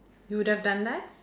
you would have done that